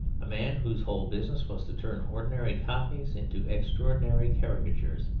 a man whose whole business was to turn ordinary cockneys into extraordinary caricatures.